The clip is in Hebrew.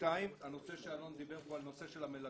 שתיים, הנושא שאלון דיבר עליו על המלגות.